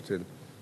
הוא ביטל.